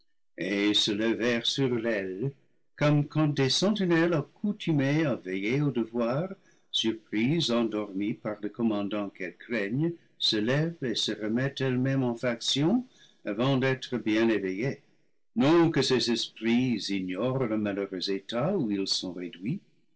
et se levèrent sur l'aile comme quanddes sentinelles accoutumées à veiller au devoir surprises endormies par le co m mandant qu'elles craignent se lèvent et se remettent elles-mêmes en faction avant d'être bien éveillées non que ces esprits ignorent le malheureux état où ils sont réduits